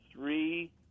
three